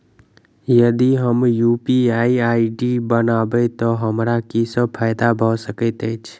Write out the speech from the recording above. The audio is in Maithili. यदि हम यु.पी.आई आई.डी बनाबै तऽ हमरा की सब फायदा भऽ सकैत अछि?